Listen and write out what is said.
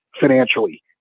financially